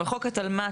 אבל חוק התלמ"ת,